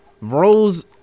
rose